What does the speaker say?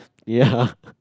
ya